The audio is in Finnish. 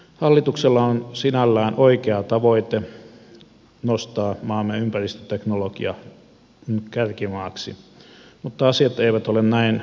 hallituksella on sinällään oikea tavoite nostaa maamme ympäristöteknologian kärkimaaksi mutta asiat eivät ole näin yksinkertaisia